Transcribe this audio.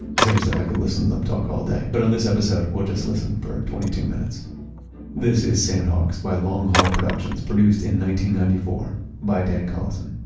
seriously, i could listen to them talk all day, but on this episode, we'll just listen for twenty two minutes this is sandhogs by long haul productions produced and ninety ninety four by dan collison